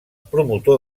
promotor